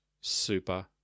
super